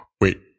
Wait